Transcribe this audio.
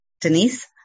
Denise